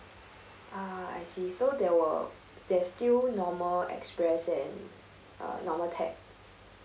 ah I see so there were there's still normal express and uh normal tech